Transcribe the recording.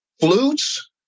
flutes